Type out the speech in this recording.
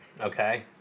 Okay